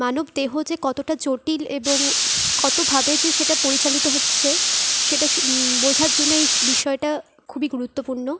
মানবদেহ যে কতোটা জটিল এবং কতোভাবে যে সেটা পরিচালিত হচ্ছে সেটা বোঝার জন্য এই বিষয়টা খুবই গুরুত্বপূর্ণ